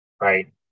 right